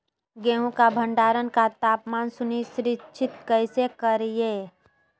गेहूं का भंडारण का तापमान सुनिश्चित कैसे करिये?